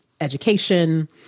education